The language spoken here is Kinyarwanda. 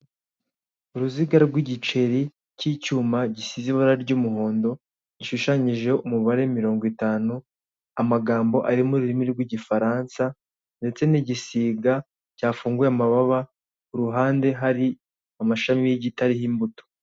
Uruziga rw'igiceri cy'icyuma gisize ibara ry'umuhondo gishushanyijeho umubare mirongo itanu amagambo ari mu rurimi rw'igifaransa ndetse n'igisiga cyafunguye amababa uruhande hari amashami y'igiti ariho imbuto.